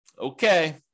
Okay